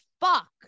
fuck